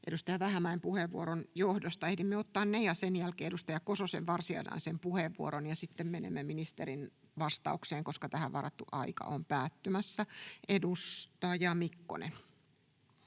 Ovaska ja Strandman. Ehdimme ottaa ne ja sen jälkeen edustaja Kososen varsinaisen puheenvuoron, ja sitten menemme ministerin vastaukseen, koska tähän varattu aika on päättymässä. — Edustaja Mikkonen.